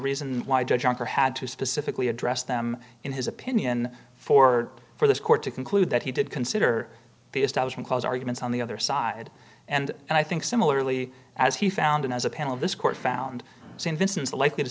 reason why jonker had to specifically address them in his opinion for for this court to conclude that he did consider the establishment clause arguments on the other side and and i think similarly as he found as a panel this court found since there is a likely to